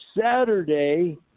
Saturday